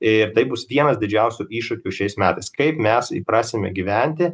ir tai bus vienas didžiausių iššūkių šiais metais kaip mes įprasime gyventi